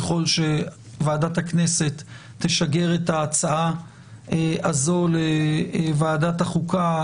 ככל שוועדת הכנסת תשגר את ההצעה הזו לוועדת החוקה,